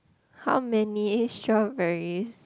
how many strawberries